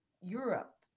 Europe